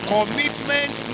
Commitment